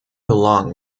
along